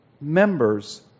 members